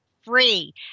free